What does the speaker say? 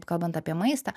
kalbant apie maistą